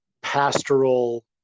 pastoral